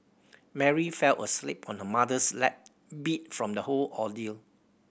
Mary fell asleep on her mother's lap beat from the whole ordeal